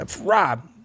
Rob